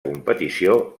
competició